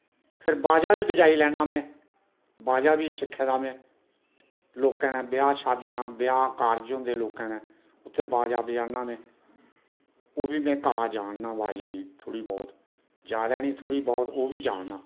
फिर बाज़ा बी बज़ाई लैना में बाज़ा बी सिक्खे दा में लोकें दै ब्याह् शादियां ब्याह् कारज होंदे लोकें दै उत्थैं बाजा बज़ाना में ओह्बी में कला जानना बाजे दी थोह्ड़ी बहुत जादै नी थोह्ड़ी बहुत ओह्बी जानना